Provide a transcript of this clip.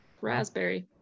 raspberry